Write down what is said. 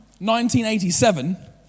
1987